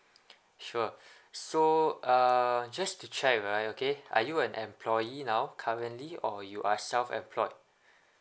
sure so uh just to check right okay are you an employee now currently or you are self employed